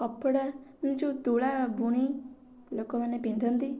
କପଡ଼ା ଯେଉଁ ତୁଳା ବୁଣି ଲୋକମାନେ ପିନ୍ଧନ୍ତି